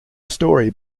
story